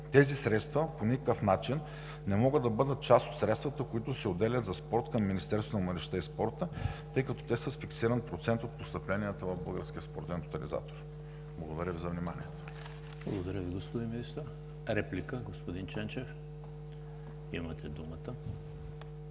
Тези средства по никакъв начин не могат да бъдат част от средствата, които се отделят за спорт от Министерството на младежта и спорта, тъй като те са с фиксиран процент от постъпленията в Българския спортен тотализатор. Благодаря Ви за вниманието.